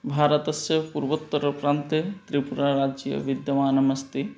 भारतस्य पूर्वोत्तरप्रान्ते त्रिपुराराज्यं विद्यमानमस्ति